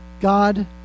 God